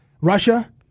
Russia